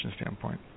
standpoint